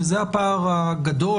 וזה הפער הגדול,